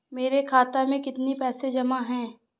मेरे खाता में कितनी पैसे जमा हैं?